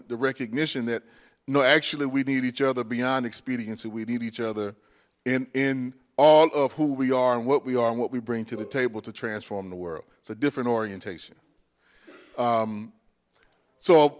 the recognition that no actually we need each other beyond expediency we need each other in in all of who we are and what we are and what we bring to the table to transform the world it's a different orientation